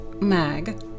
Mag